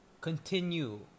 continue